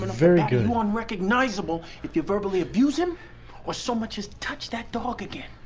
very good one recognizable if you verbally abuse him or so much as touch that dog again